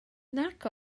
nac